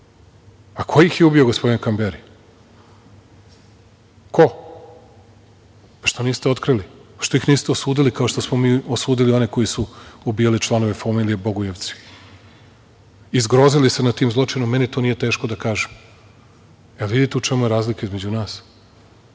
Ko ih je ubio, gospodine Kamberi? Ko? Što niste otkrili? Što ih niste osudili, kao što smo mi osudili one koji su ubijali članove familije Bogojevci i zgrozili se nad tim zločinom, meni to nije teško da kažem. Da li vidite u čemu je razlika između